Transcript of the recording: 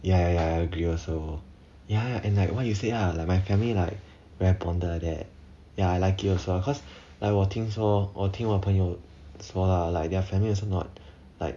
ya ya I agree also ya and like what you say ah like my family like very bonded that ya I like it also cause like 我听说我听我朋友说 lah like their families are not like